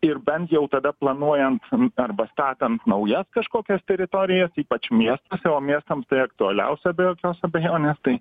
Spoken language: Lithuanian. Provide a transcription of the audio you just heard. ir bent jau tada planuojant arba statant naujas kažkokias teritorijas ypač miestuose o miestams tai aktualiausia be jokios abejonės tai